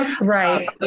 Right